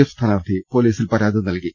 F സ്ഥാനാർഥി പൊലീസിൽ പരാതി നല്കി